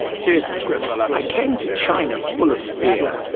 cheers from scriptfella. i came to china full of fear.